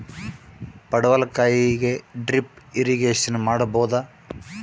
ಪಡವಲಕಾಯಿಗೆ drip irrigation ಮಾಡಬೋದ?